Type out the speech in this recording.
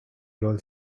girl